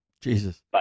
Jesus